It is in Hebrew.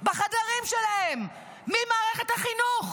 בחדרים שלהם ממערכת החינוך,